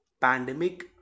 pandemic